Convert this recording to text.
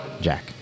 Jack